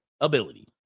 Ability